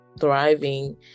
thriving